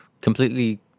Completely